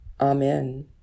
Amen